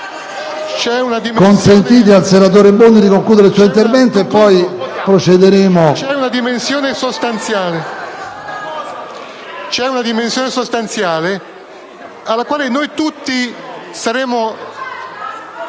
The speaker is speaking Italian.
C'è una dimensione sostanziale, a cui noi tutti saremo